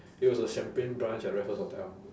it was a champagne brunch at raffles hotel